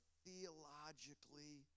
theologically